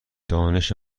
دانش